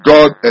God